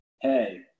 hey